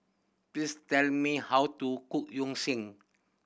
please tell me how to cook Yu Sheng